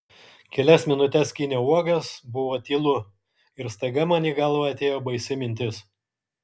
kelias minutes skyniau uogas buvo tylu ir staiga man į galvą atėjo baisi mintis